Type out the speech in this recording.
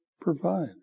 provide